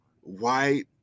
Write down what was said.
white